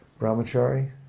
brahmachari